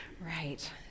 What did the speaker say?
right